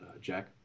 Jack